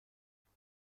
دیده